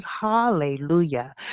Hallelujah